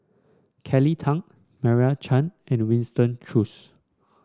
Kelly Tang Meira Chand and Winston Choos